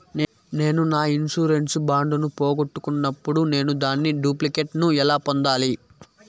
నేను నా insurance bond ను పోగొట్టుకున్నప్పుడు నేను దాని డూప్లికేట్ ను ఎలా పొందాలి?